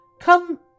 Come